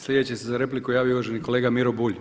Sljedeći se za repliku javio uvaženi kolega Miro Bulj.